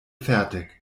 fertig